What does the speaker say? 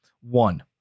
One